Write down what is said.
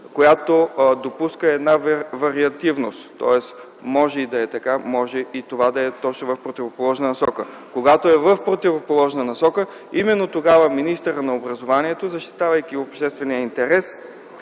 която допуска вариативност. Тоест може и да е така, може и това да е точно в противоположна насока. Когато е в противоположна насока, именно тогава министърът на образованието, защитавайки обществения интерес,